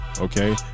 okay